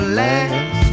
last